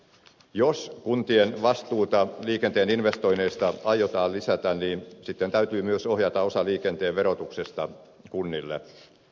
jos kuntien vastuuta liikenteen investoinneista aiotaan lisätä niin sitten täytyy myös ohjata osa liikenteen verotuksesta kunnille